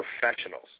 professionals